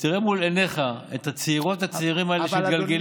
ותראה מול עיניך את הצעירות ואת הצעירים שמתגלגלים,